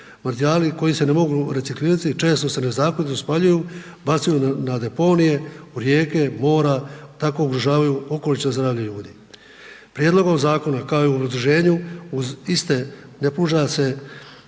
Materijali koji se ne mogu reciklirati često se nezakonito spaljuju, bacaju na deponije, u rijeke, mora, tako ugrožavaju okoliš i zdravlje ljudi. Prijedlogom zakona, kao i .../Govornik se ne